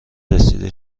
رسید